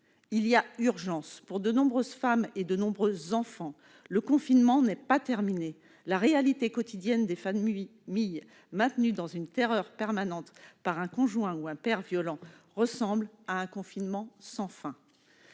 Il y a urgence ! Pour de nombreuses femmes et de nombreux enfants, le confinement n'est pas terminé : la réalité quotidienne des familles maintenues dans une terreur permanente par un conjoint ou un père violent ressemble à un confinement sans fin.